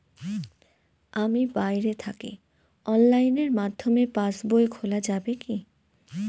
আমি বাইরে থাকি অনলাইনের মাধ্যমে পাস বই খোলা যাবে কি?